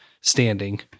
standing